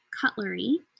cutlery